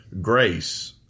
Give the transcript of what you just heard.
grace